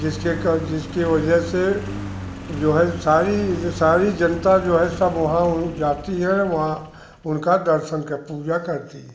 जिसके का जिसके वजह से जो है सारी जे सारी जनता जो है सब वहाँ ऊँ जाती है वहाँ उनका दर्शन कर पूजा करती है